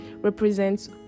represents